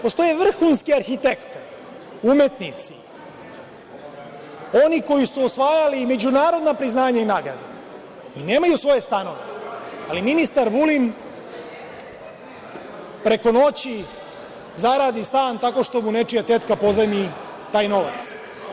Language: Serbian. Postoje vrhunske arhitekte, umetnici, oni koji su osvajali međunarodna priznanja i nagrade, a nemaju svoje stanove, ali ministar Vulin preko noći zaradi stan tako što mu nečija tetka pozajmi taj novac.